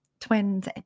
twins